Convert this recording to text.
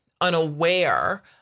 unaware